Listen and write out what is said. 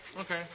okay